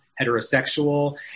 heterosexual